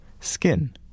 skin